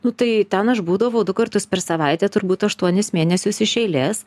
nu tai ten aš būdavau du kartus per savaitę turbūt aštuonis mėnesius iš eilės